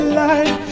life